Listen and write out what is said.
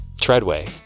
Treadway